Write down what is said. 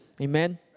Amen